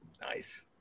nice